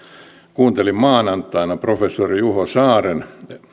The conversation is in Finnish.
kuuntelin maanantaina professori juho saaren